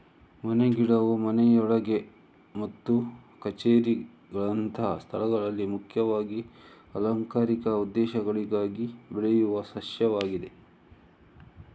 ಮನೆ ಗಿಡವು ಮನೆಯೊಳಗೆ ಮತ್ತು ಕಛೇರಿಗಳಂತಹ ಸ್ಥಳಗಳಲ್ಲಿ ಮುಖ್ಯವಾಗಿ ಅಲಂಕಾರಿಕ ಉದ್ದೇಶಗಳಿಗಾಗಿ ಬೆಳೆಯುವ ಸಸ್ಯವಾಗಿದೆ